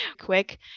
quick